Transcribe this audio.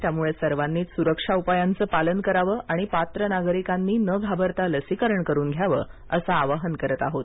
त्यामुळे सर्वांनीच सुरक्षा उपायांचं पालन करावं आणि पात्र नागरिकांनी न घाबरता लसीकरण करून घ्यावं असं आवाहन करत आहोत